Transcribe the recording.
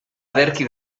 ederki